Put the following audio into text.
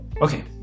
okay